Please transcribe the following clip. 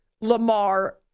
Lamar